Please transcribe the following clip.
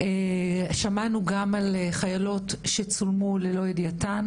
שמענו גם על חיילות שצולמו ללא ידיעתן